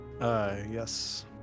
yes